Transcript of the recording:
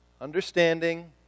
Understanding